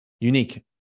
unique